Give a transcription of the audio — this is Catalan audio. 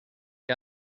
que